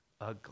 ugly